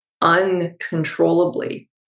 uncontrollably